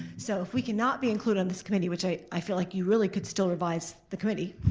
so if we cannot be included on this committee, which i i feel like you really could still revise the committee,